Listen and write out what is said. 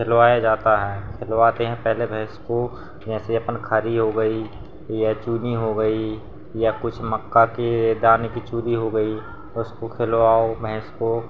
खिलवाया जाता है खिलवाते हैं पहले भैंस को जैसे अपन खरी हो गई या चूनी हो गई या कुछ मक्का के दाने की चूनी हो गई उसको खिलवाओ भैंस को